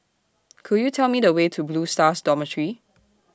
Could YOU Tell Me The Way to Blue Stars Dormitory